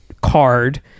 card